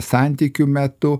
santykių metu